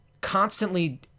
constantly